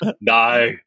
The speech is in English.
No